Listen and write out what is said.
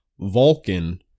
Vulcan